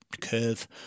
curve